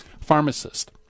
pharmacist